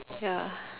ya